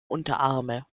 unterarme